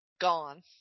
gone